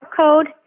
code